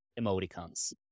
Emoticons